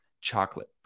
chocolate